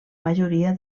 majoria